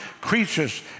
creatures